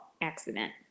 accident